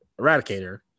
eradicator